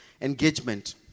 engagement